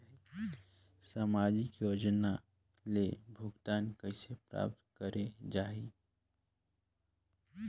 समाजिक योजना ले भुगतान कइसे प्राप्त करे जाहि?